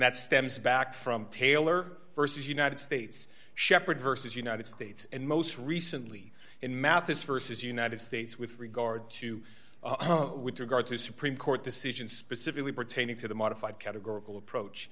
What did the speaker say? that stems back from taylor versus united states shepherd versus united states and most recently in mathis versus united states with regard to with regard to supreme court decisions specifically pertaining to the modified categorical approach